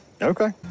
Okay